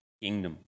kingdom